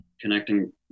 connecting